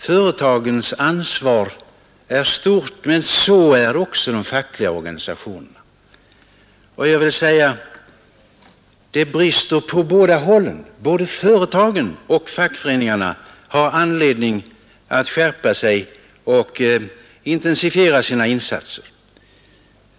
Företagens ansvar är stort men det är också de fackliga organisationernas. Det brister på båda hållen. Både företagen och fackföreningarna har anledning att skärpa sig och intensifiera sina insatser.